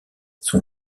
son